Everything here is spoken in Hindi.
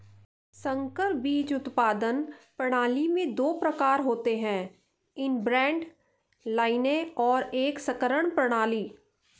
संकर बीज उत्पादन प्रणाली में दो प्रकार होते है इनब्रेड लाइनें और एक संकरण प्रणाली